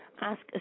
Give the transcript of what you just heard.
Ask